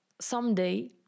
someday